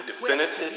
definitive